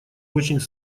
очень